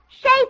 shape